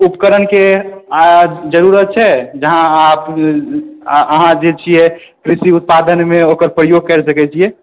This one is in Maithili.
उपकरणके जरूरत छै जहाँ आप अहाँ जे छियै कृषि उत्पादनमे ओकर प्रयोग करि सकैत छियै